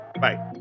Bye